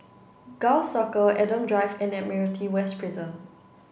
Gul Circle Adam Drive and Admiralty West Prison